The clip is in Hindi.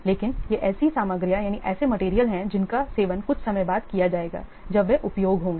लेकिन ये ऐसी मटेरियल हैं जिनका सेवन कुछ समय बाद किया जाएगा जब वह उपयोग होंगे